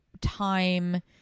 time